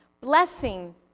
blessing